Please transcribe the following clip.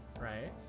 right